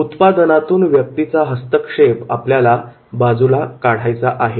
उत्पादनातून व्यक्तीचा हस्तक्षेप आपल्याला बाजूला काढायचा आहे